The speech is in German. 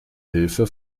hilfe